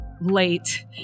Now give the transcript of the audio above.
late